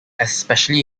especially